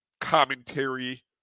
commentary